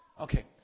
Okay